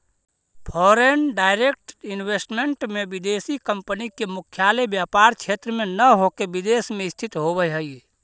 foreign direct investment में विदेशी company के मुख्यालय व्यापार क्षेत्र में न होके विदेश में स्थित होवऽ हई